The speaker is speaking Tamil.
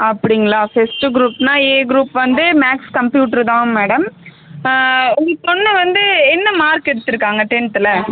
அப்படிங்களா ஃபெஸ்ட்டு க்ரூப்னால் ஏ க்ரூப் வந்து மேக்ஸ் கம்புயூட்ரு தான் மேடம் உங்கள் பொண்ணு வந்து என்ன மார்க் எடுத்திருக்காங்க டென்த்தில்